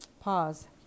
Pause